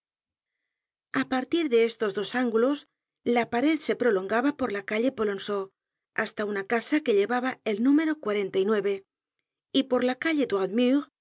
a partir de estos dos ángulos la pared se prolongaba por la calle polonceau hasta una casa que llevaba el número y por la calle